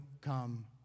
come